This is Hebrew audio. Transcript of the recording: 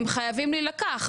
הם חייבים להילקח,